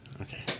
Okay